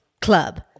Club